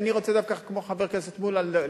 כמו חבר הכנסת מולה,